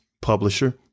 publisher